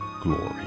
glory